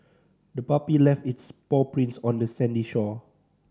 the puppy left its paw prints on the sandy shore